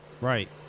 Right